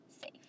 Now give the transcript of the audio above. safe